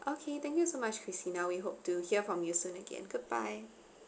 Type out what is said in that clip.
okay thank you so much christina we hope to hear from you soon again good bye